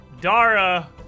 Dara